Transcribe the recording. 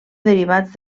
derivats